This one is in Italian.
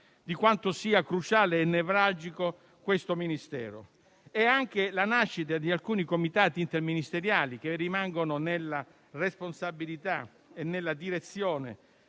di quanto sia cruciale e nevralgico detto Ministero, come è cruciale nascita di alcuni comitati interministeriali che rimangono nella responsabilità e nella direzione